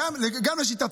אני לא איכנס,